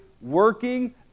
working